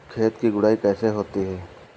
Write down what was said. खेत की गुड़ाई कैसे होती हैं?